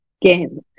game